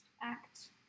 act